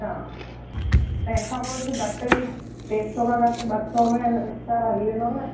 हा तंहिं खां पोइ कुझु घटि टे सौ खां घटि ॿ सौ में सर हली वेंदो न